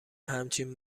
همچین